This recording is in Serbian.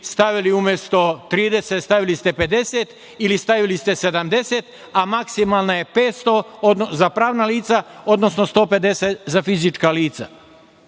stavili umesto 30.000, stavili ste 50.000 ili stavili ste 70.000, a maksimalna je 500.000 za pravna lica, odnosno 150.000 za fizička lica.